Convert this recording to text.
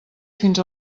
fins